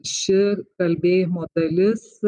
ši kalbėjimo dalis